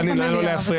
לך למליאה ותקשיב.